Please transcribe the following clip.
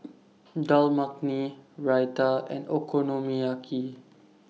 Dal Makhani Raita and Okonomiyaki